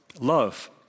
love